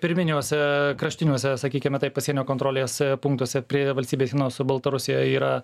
pirminiuose kraštiniuose sakykime taip pasienio kontrolės punktuose prie valstybės sienos su baltarusija yra